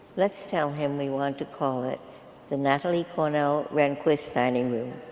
let's tell him we want to call it the natalie cornell renquist dining room.